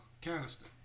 canister